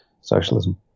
socialism